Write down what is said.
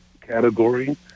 category